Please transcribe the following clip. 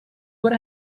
what